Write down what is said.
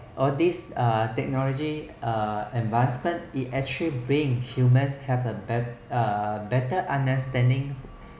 all this uh technology uh advancement it actually bring humans have a bet~ uh better understanding